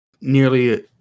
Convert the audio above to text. nearly